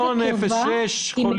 טכנולוגיית קרבה היא מדויקת לחלוטין,